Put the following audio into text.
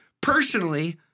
personally